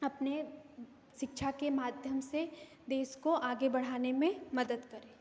अपने शिक्षा के माध्यम से देश को आगे बढ़ाने में मदद करें